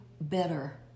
better